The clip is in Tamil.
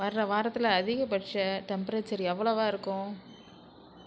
வர்ற வாரத்தில அதிகபட்ச டெம்பரேச்சர் எவ்வளவாக இருக்கும்